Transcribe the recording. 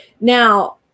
Now